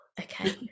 okay